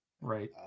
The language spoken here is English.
Right